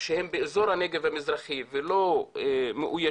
שהם באזור הנגב המזרחי ולא מאוישים